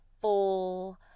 full